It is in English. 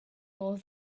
more